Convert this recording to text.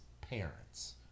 parents